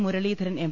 Murali Dharan M